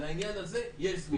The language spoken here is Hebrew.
לעניין הזה יש זמינות.